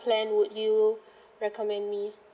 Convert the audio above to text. plan would you recommend me